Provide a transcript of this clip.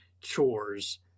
chores